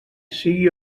sigui